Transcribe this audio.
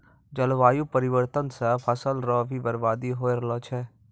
जलवायु परिवर्तन से फसल रो भी बर्बादी हो रहलो छै